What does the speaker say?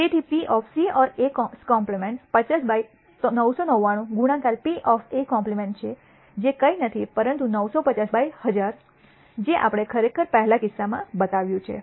તેથી P C| Ac 50 by 999 ગુણાકાર Pc છે જે કંઇ નથી પરંતુ 950 બાય 1000 જે આપણે ખરેખર પહેલા કિસ્સામાં બતાવ્યું છે